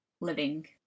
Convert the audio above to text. living